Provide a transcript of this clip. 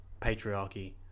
patriarchy